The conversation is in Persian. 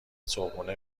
صبحونه